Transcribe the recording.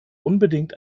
unbedingt